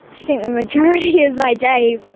i think the majority of my day,